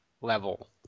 level